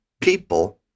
people